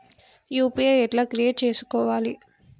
UPI ఎట్లా create చేసుకోవాలి?